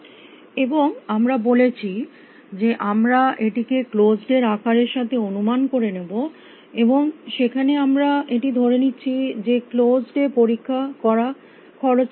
এবং আমরা বলেছি যে আমরা এটিকে ক্লোস্ড এর আকারের সাথে অনুমান করে নেব এবং সেখানে আমরা এটি ধরে নিচ্ছি যে ক্লোস্ড এ পরীক্ষা করা খরচ সাপেক্ষ নয়